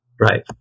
Right